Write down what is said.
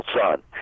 son